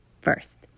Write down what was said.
First